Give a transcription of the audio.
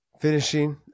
finishing